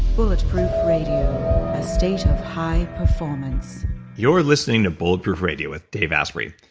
bulletproof radio. a state of high performance you're listening to bulletproof radio with dave asprey.